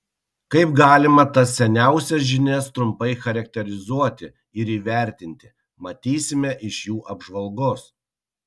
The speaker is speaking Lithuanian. kaip galima tas seniausias žinias trumpai charakterizuoti ir įvertinti matysime iš jų apžvalgos